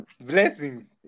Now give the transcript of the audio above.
blessings